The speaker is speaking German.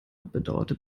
bedauerte